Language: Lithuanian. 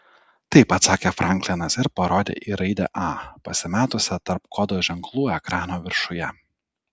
taip atsakė franklinas ir parodė į raidę a pasimetusią tarp kodo ženklų ekrano viršuje